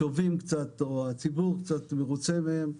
צובעים קצת, או הציבור קצת מרוצה מהם,